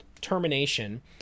termination